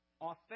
authentic